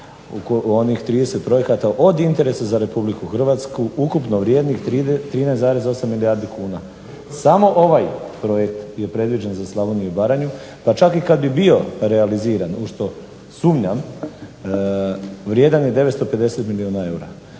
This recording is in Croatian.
u onih 30 projekata od interesa za Republiku Hrvatsku ukupno vrijednih 13,8 milijardi kuna. Samo ovaj projekt je predviđen za Slavoniju i Baranju, pa čak i kad bi bio realiziran u što sumnjam, vrijedan je 950 milijuna eura.